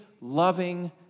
loving